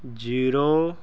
zero